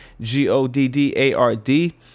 G-O-D-D-A-R-D